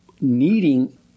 needing